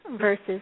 versus